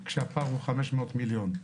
כשהפער הוא 500 מיליון.